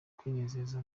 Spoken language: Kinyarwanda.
kwinezeza